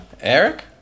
Eric